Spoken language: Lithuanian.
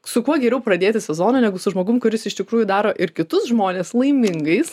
su kuo geriau pradėti sezoną negu su žmogum kuris iš tikrųjų daro ir kitus žmones laimingais